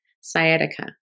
sciatica